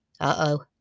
Uh-oh